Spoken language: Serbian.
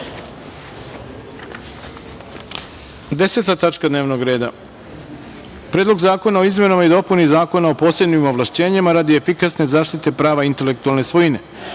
tačka dnevnog reda – Predlog zakona o izmenama i dopuni Zakona o posebnim ovlašćenjima radi efikasne zaštite prava intelektualne svojine. Podsećam